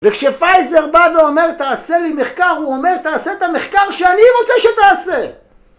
וכשפייזר בא ואומר תעשה לי מחקר הוא אומר תעשה את המחקר שאני רוצה שתעשה